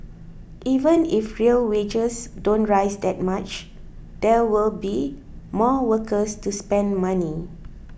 even if real wages don't rise that much there will be more workers to spend money